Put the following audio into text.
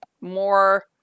more